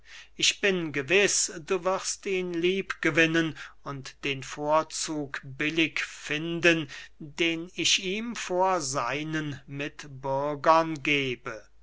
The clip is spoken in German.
ich bin gewiß du wirst ihn liebgewinnen und den vorzug billig finden den ich ihm vor seinen mitbürgern gebe